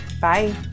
Bye